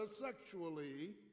sexually